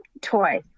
toy